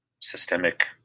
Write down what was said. systemic